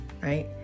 right